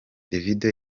davido